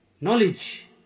Knowledge